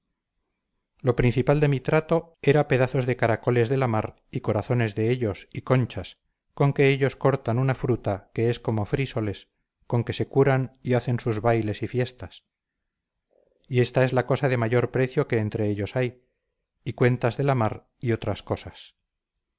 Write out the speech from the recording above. lo principal de mi trato era pedazos de caracoles de la mar y corazones de ellos y conchas con que ellos cortan una fruta que es como frísoles con que se curan y hacen sus bailes y fiestas y ésta es la cosa de mayor precio que entre ellos hay y cuentas de la mar y otras cosas